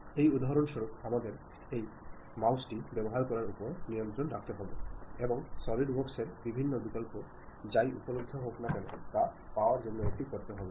এই উদাহরণস্বরূপ আমাদের এই মাউসটি ব্যবহার করার উপর নিয়ন্ত্রণ রাখতে হবে এবং সলিড ওয়ার্কস এর বিভিন্ন বিকল্প যাই উপলব্ধ হোক না কেন তা পাওয়ার জন্য এটি করতে হবে